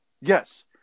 Yes